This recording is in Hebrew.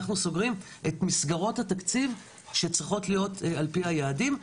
אנחנו סוגרים את מסגרות התקציב שצריכות להיות על פי היעדים.